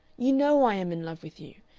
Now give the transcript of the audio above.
you know i am in love with you.